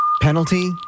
penalty